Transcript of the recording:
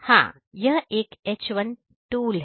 हां यह एक H1 टूल है